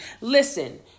Listen